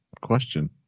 question